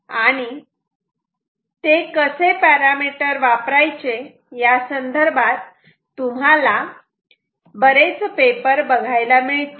आणि ते कसे पॅरामिटर वापरायचे यासंदर्भात तुम्हाला बरेच पेपर बघायला मिळतील